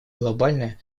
глобальное